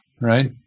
right